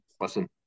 listen